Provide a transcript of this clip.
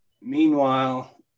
Meanwhile